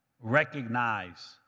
recognize